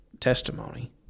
testimony